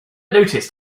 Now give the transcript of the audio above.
noticed